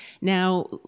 Now